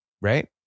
right